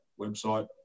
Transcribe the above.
website